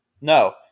No